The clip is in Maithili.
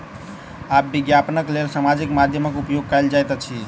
आब विज्ञापनक लेल सामाजिक माध्यमक उपयोग कयल जाइत अछि